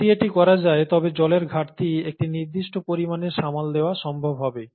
যদি এটি করা যায় তবে জলের ঘাটতি একটি নির্দিষ্ট পরিমাণে সামাল দেওয়া সম্ভব হবে